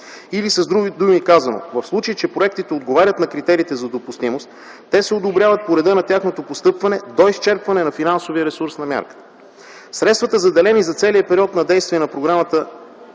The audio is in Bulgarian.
или с други думи казано, в случай, че проектите отговарят на критериите за допустимост те се одобряват по реда на тяхното постъпване до изчерпване на финансовия ресурс на мярката. Средствата, заделени за целия период на действие на Програмата